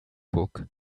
book